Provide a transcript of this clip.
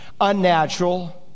unnatural